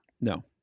No